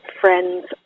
friends